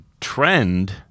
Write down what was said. trend